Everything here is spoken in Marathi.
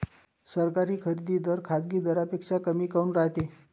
सरकारी खरेदी दर खाजगी दरापेक्षा कमी काऊन रायते?